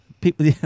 people